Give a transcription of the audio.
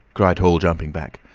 cried hall, jumping back,